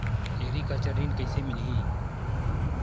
Agriculture ऋण कइसे मिलही?